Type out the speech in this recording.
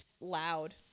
loud